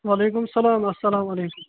وعلیکم سلام اسلامُ علیکم